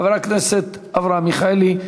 חבר הכנסת אברהם מיכאלי,